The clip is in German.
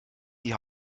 die